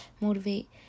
motivate